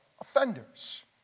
offenders